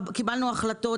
קיבלנו החלטות,